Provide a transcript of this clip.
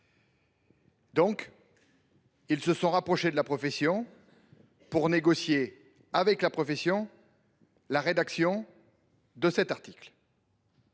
Ils se sont rapprochés de la profession pour négocier avec elle la rédaction de cet article